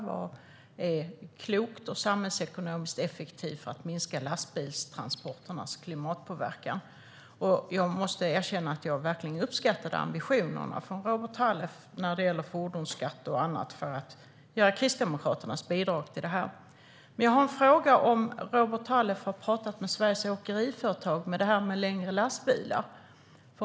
Vad är klokt och samhällsekonomiskt effektivt för att minska lastbilstransporternas klimatpåverkan? Jag måste erkänna att jag verkligen uppskattar ambitionerna från Robert Halef när det gäller fordonsskatt och annat i fråga om Kristdemokraternas bidrag till det här. Men jag har en fråga: Har Robert Halef pratat med Sveriges Åkeriföretag om det här med längre lastbilar?